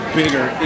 bigger